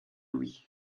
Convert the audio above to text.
louis